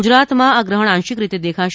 ગુજરાતમાંથી આ ગ્રહણ આંશિક રીતે દેખાશે